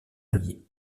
mis